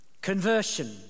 Conversion